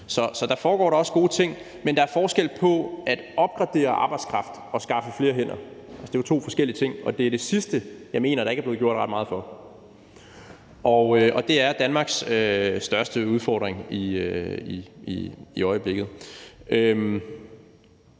Så der foregår da også gode ting. Men der er forskel på at opgradere arbejdskraft og at skaffe flere hænder, for det er jo to forskellige ting, og det er det sidste, jeg mener der ikke er blevet gjort ret meget for, og det er Danmarks største udfordring i øjeblikket.